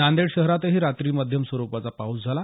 नांदेड शहरातही रात्री मध्यम स्वरूपाचा पाऊस झाला